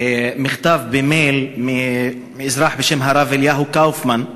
מכתב במייל מאזרח בשם הרב אליהו קאופמן,